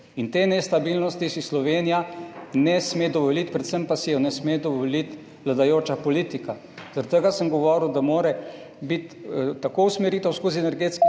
Te nestabilnosti si Slovenija ne sme dovoliti, predvsem pa si je ne sme dovoliti vladajoča politika. Zaradi tega sem govoril, da mora biti usmeritev tako skozi energetski